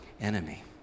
enemy